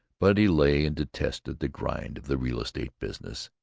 but he lay and detested the grind of the real-estate business,